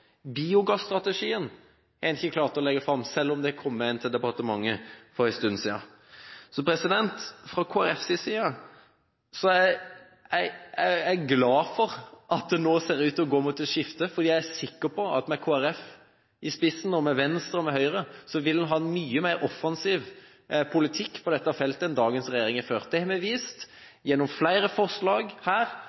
Biogasstrategien har man ikke klart å legge fram sak på, selv om den har kommet fra departementet for en stund siden. Fra Kristelig Folkepartis side er jeg glad for at det nå ser ut til å gå mot et skifte, for jeg er sikker på at med Kristelig Folkeparti, Venstre og Høyre i spissen, vil man ha mye mer offensiv politikk på dette feltet enn dagens regjering har ført. Det har vi vist gjennom flere forslag her,